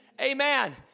amen